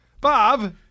Bob